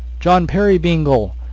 john peerybingle,